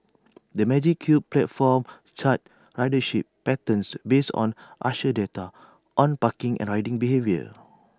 the magic Cube platform charts ridership patterns based on user data on parking and riding behaviour